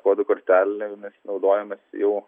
kodų kortelėmis naudojamasi jau